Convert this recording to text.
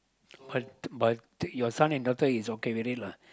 but but your son and daughter is okay with it lah